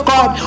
God